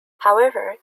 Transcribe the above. however